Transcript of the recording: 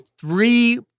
three